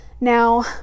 Now